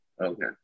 Okay